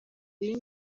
ibi